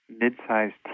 mid-sized